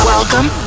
Welcome